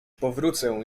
powrócę